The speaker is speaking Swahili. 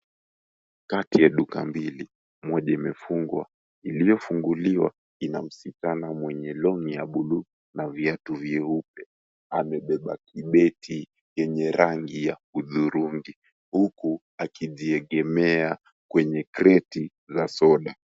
Kati ya duka mbili moja imefungwa, iliyofunguliwa ina msichana mwenye longi ya buluu na viatu vyeupe, amebeba kibeti yenye rangi ya hudhurungi huku akijiegemea kwenye kreti ya soda.